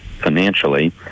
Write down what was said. financially